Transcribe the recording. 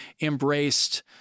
embraced